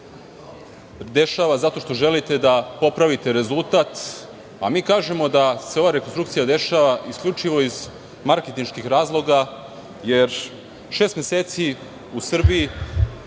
dešava zato što želite da popravite rezultat, a mi kažemo da se ova rekonstrukcija dešava isključivo iz marketinških razloga, jer šest meseci u Srbiji